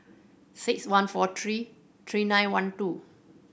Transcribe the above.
six one four three three nine one two